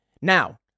Now